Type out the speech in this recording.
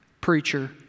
preacher